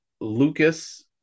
Lucas